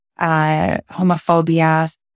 homophobia